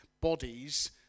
bodies